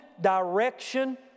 direction